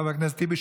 חבר הכנסת טיבי,